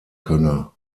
könne